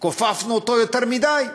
כופפנו אותו יותר מדי.